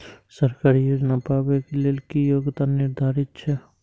सरकारी योजना पाबे के लेल कि योग्यता निर्धारित छै?